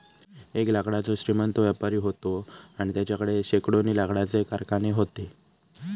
एक लाकडाचो श्रीमंत व्यापारी व्हतो आणि तेच्याकडे शेकडोनी लाकडाचे कारखाने व्हते